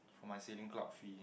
for my sailing club fee